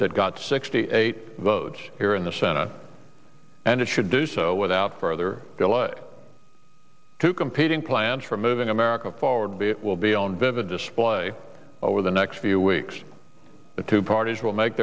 that got sixty eight votes here in the senate and it should do so without further delay two competing plans for moving america forward but it will be on vivid display over the next few weeks the two parties will make